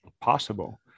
possible